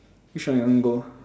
which one you want go